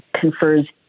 confers